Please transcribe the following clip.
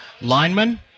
lineman